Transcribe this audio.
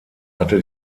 hatte